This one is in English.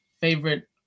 favorite